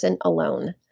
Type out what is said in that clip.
alone